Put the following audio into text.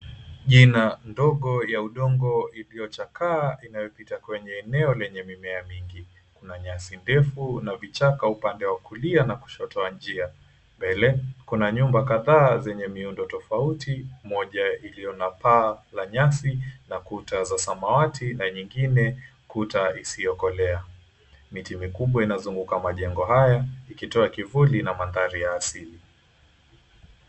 Njia ndogo ya udongo iliyochakaa inayopita kwenye eneo la mimea nyingi. Kuna nyasi ndefu na vichaka upande wa kulia na kushoto wa njia. Mbele kuna nyumba kadhaa zenye miundo tofauti moja iliyo na paa la nyasi na kuta za samawati na nyingine kuta isiyokolea. Miti mikubwa inazunguka majengo haya ikitoa kivuli na mandhari ya asili.